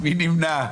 מי נמנע?